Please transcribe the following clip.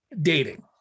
Dating